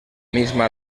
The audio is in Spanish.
misma